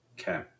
Okay